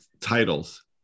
Titles